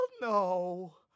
no